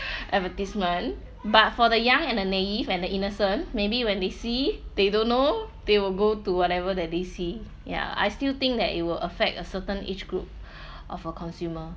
advertisement but for the young and the naive and the innocent maybe when they see they don't know they will go to whatever that they see ys I still think that it will affect a certain age group of a consumer